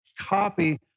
copy